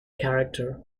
character